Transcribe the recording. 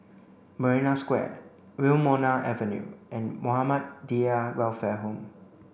marina Square Wilmonar Avenue and Muhammadiyah Welfare Home